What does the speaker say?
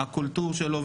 והקולטור שלו,